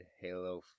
Halo